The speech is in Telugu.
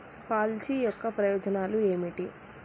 పాలసీ యొక్క ప్రయోజనాలు ఏమిటి?